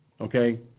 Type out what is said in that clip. Okay